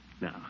Now